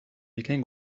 bikain